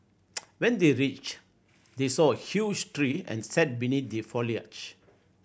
when they reached they saw a huge tree and sat beneath the foliage